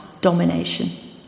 domination